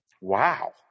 Wow